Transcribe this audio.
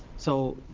so,